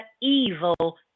evil